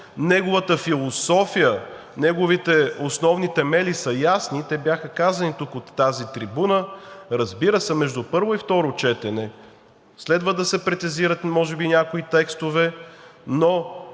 Неговата философия, неговите основни темели са ясни – те бяха казани тук от тази трибуна. Разбира се, между първо и второ четене следва да се прецизират и може би някои текстове, но